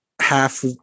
half